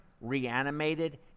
reanimated